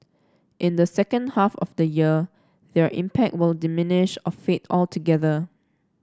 in the second half of the year their impact will diminish or fade altogether